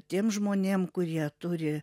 tiem žmonėm kurie turi